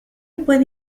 puede